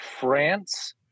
france